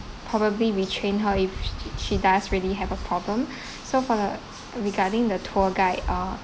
probably retrain her is she does really have a problem so for the regarding the tour guide ah